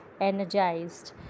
energized